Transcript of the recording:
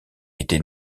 était